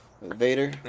vader